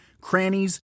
crannies